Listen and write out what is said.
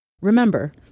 Remember